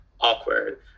awkward